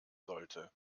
sollte